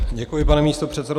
Děkuji, pane místopředsedo.